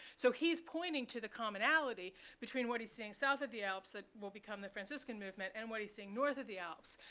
so he's pointing to the commonality between what he's saying south of the alps, that will become the franciscan movement, and what he's seeing north of the alps.